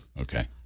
Okay